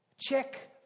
Check